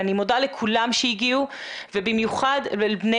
אני מודה לכולם שהגיעו ובמיוחד לבני